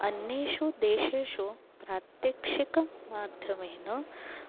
अन्येषु देशेषु प्रात्यक्षिकमाध्यमेन